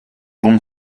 bon